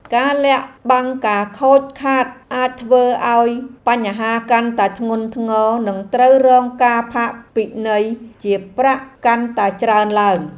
ការលាក់បាំងការខូចខាតអាចធ្វើឱ្យបញ្ហាកាន់តែធ្ងន់ធ្ងរនិងត្រូវរងការផាកពិន័យជាប្រាក់កាន់តែច្រើនឡើង។